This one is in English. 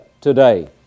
today